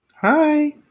Hi